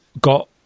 got